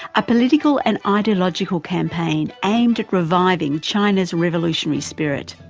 a political and ideological campaign aimed at reviving china's revolutionary spirit.